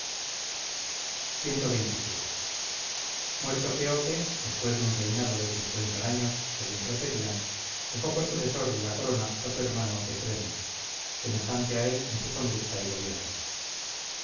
cxxvii muerto quéope después de un reinado de cincuenta años según referían dejó por sucesor de la corona a su hermano quefren semejante a él en su conducta y gobierno